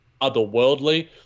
otherworldly